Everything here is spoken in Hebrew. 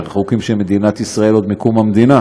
החוקים של מדינת ישראל עוד מקום המדינה,